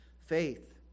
faith